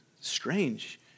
Strange